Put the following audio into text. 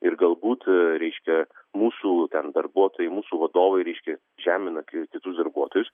ir galbūt reiškia mūsų ten darbuotojai mūsų vadovai reiškia žemina ki kitus darbuotojus